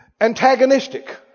antagonistic